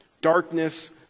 darkness